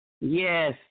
Yes